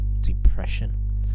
depression